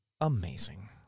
amazing